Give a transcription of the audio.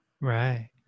Right